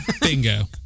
Bingo